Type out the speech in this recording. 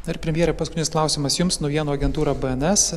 dar premjere paskutinis klausimas jums naujienų agentūra bns